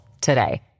today